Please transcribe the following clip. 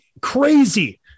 crazy